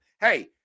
Hey